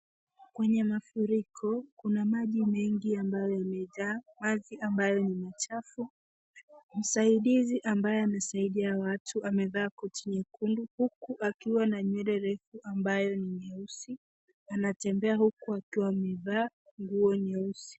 Kwenye mafuriko kuna maji mengi ambayo imejaa maji ambayo ni machafu. Msaidizi ambaye anasaidia watu amevaa koti nyekundu huku akiwa na nywele refu ambayo ni nyeusi anatembea huku akiwa amevaa nguo nyeusi.